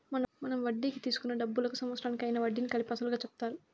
మనం వడ్డీకి తీసుకున్న డబ్బులకు సంవత్సరానికి అయ్యిన వడ్డీని కలిపి అసలుగా చెప్తారు